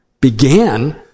began